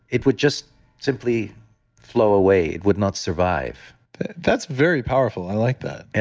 it would just simply flow away. it would not survive that's very powerful. i like that yeah.